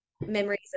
memories